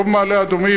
לא במעלה-אדומים,